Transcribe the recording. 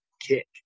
kick